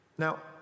Now